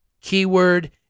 Keyword